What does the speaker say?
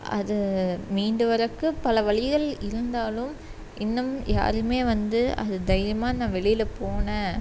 அது மீண்டும் வர்றதுக்கு பல வழிகள் இருந்தாலும் இன்னமும் யாருமே வந்து அது தைரியமாக நான் வெளியில் போனேன்